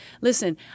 Listen